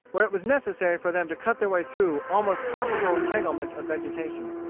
where it was necessary for them to cut their way through almost tropical entanglement of vegetation.